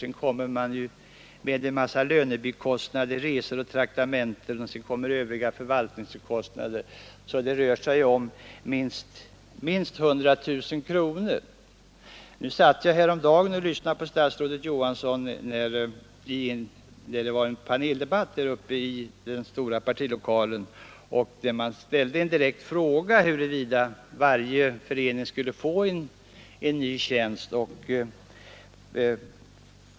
Sedan kommer en massa lönebikostnader, resor, traktamenten och övriga förvaltningskostnader, så det blir väl fråga om minst 100 000 kronor. Häromdagen lyssnade jag på statsrådet Johansson i en paneldebatt uppe i stora partilokalen. Där ställde man en direkt fråga, huruvida varje förening skulle få en ny tjänst.